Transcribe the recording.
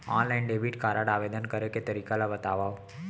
Online debit card आवेदन करे के तरीका ल बतावव?